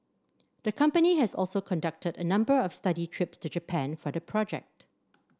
the company has also conducted a number of study trips to Japan for the project